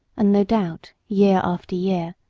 and no doubt year after year,